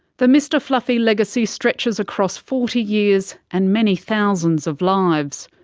the mr fluffy legacy stretches across forty years and many thousands of lives.